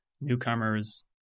newcomers